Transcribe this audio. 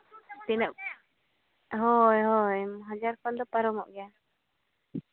ᱛᱤᱱᱟᱹᱜ ᱦᱳᱭ ᱦᱳᱭ ᱦᱟᱡᱟᱨ ᱠᱷᱚᱱ ᱫᱚ ᱯᱟᱨᱚᱢᱚᱜ ᱜᱮᱭᱟ